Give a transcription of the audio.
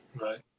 right